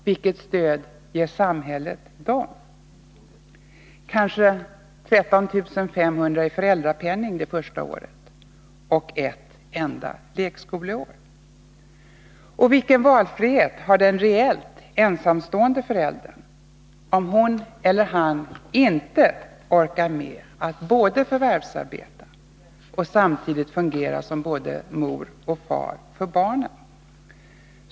Vilket stöd ger samhället dem? De får kanske 13 500 kr. i föräldrapenning det första året och ett enda lekskoleår. Och vilken valfrihet har den reellt ensamstående föräldern, om hon eller han inte orkar med att både förvärvsarbeta och samtidigt fungera som både mor och far för barnen?